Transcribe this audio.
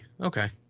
Okay